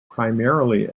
primarily